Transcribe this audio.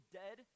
dead